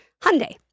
Hyundai